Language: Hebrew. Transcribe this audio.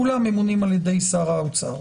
כולם ממונים על-ידי שר האוצר.